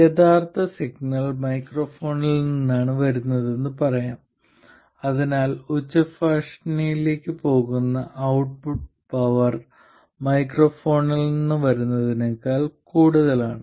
യഥാർത്ഥ സിഗ്നൽ മൈക്രോഫോണിൽ നിന്നാണ് വരുന്നതെന്ന് പറയാം അതിനാൽ ഉച്ചഭാഷിണിയിലേക്ക് പോകുന്ന ഔട്ട്പുട്ട് പവർ മൈക്രോഫോണിൽ നിന്ന് വരുന്നതിനേക്കാൾ കൂടുതലാണ്